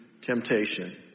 temptation